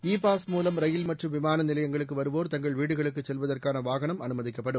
இ pass மூலம் rail மற்றும் விமான நிலையங்களுக்கு வருவோர் தங்கள் வீடுகளுக்குச் செல்வதற்கான வாகனம் அனுமதிக்கப்படும்